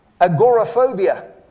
Agoraphobia